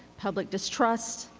public distrust.